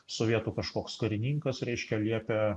sovietų kažkoks karininkas reiškia liepia